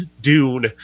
Dune